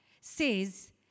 says